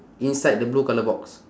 inside the blue colour box